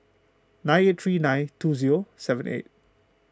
nine eight three nine two zero seven eight